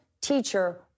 teacher